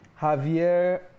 Javier